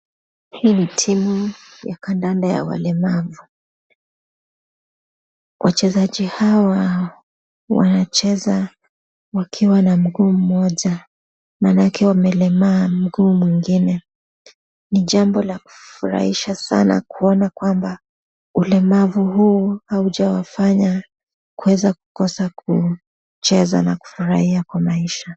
Hii ni timu ya kandanda ya walemavu. Wachezaji hawa wanacheza wakiwa na mguu mmoja maanake wamelemaa mguu mwingine. Ni jambo la kufurahisha sana kuona kwamba, ulemavu huu haujawafanya kueza kukosa kucheza na kufurahia kwa maisha.